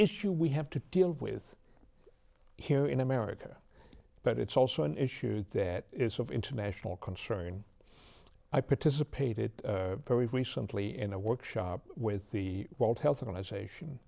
issue we have to deal with here in america but it's also an issue that is of international concern i participated very recently in a workshop with the world health organization